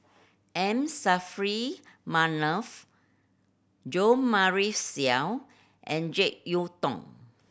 M Saffri Manaf Jo Marion Seow and Jek Yeun Thong